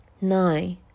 nine